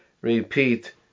repeat